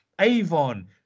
Avon